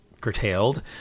curtailed